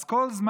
אז כל זמן